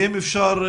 ואם אפשר,